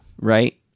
Right